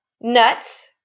nuts